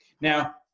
Now